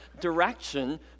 Direction